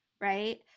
right